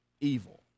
evil